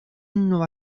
nueva